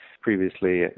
previously